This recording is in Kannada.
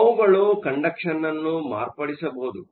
ಆದ್ದರಿಂದ ಅವುಗಳು ಕಂಡಕ್ಷನ್ ಅನ್ನು ಮಾರ್ಪಡಿಸಬಹುದು